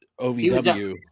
OVW